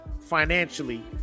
financially